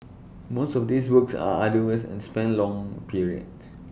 most of these works are arduous and span long periods